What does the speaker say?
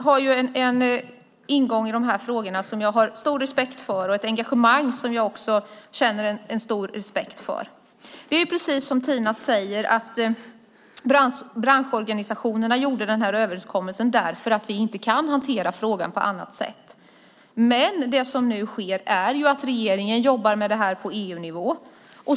Herr talman! Tina Ehn har en ingång i de här frågorna och ett engagemang som jag har stor respekt för. Det är precis som Tina säger, att branschorganisationerna gjorde den här överenskommelsen för att vi inte kan hantera frågan på annat sätt. Det som nu sker är att regeringen jobbar med detta på EU-nivå.